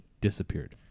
disappeared